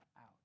out